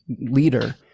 leader